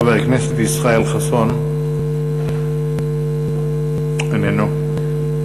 חבר הכנסת ישראל חסון, אינו נוכח.